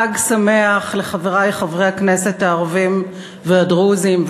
חג שמח לחברי חברי הכנסת הערבים והדרוזים,